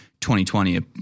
2020